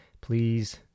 please